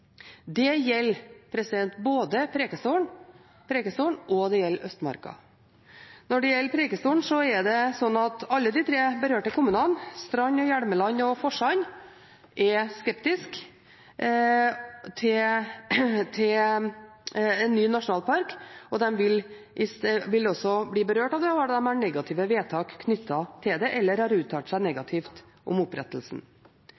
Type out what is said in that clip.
Det gjelder både Preikestolen og Østmarka. Når det gjelder Preikestolen, er alle de tre berørte kommunene, Strand, Hjelmeland og Forsand, skeptiske til en ny nasjonalpark. De vil bli berørt av det, og de har enten negative vedtak knyttet til det eller uttalt seg